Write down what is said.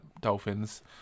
Dolphins